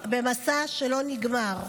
במסע שלא נגמר.